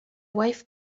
wife